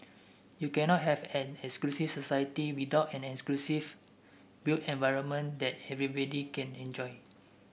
you cannot have an inclusive society without an inclusive built environment that can enjoy